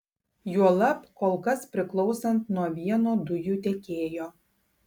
juolab kol kas priklausant nuo vieno dujų tiekėjo